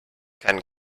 keinen